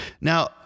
Now